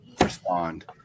respond